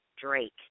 Drake